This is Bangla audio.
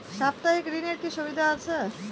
সাপ্তাহিক ঋণের কি সুবিধা আছে?